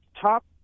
Top